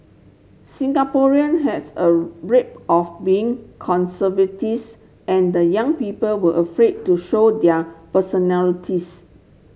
Singaporean has a rep of being and young people were afraid to show their personalities